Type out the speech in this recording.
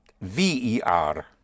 V-E-R